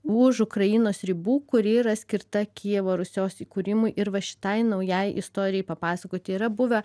už ukrainos ribų kuri yra skirta kijevo rusios įkūrimui ir va šitai naujai istorijai papasakoti yra buvę